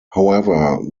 however